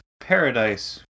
Paradise